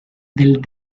del